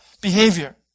behavior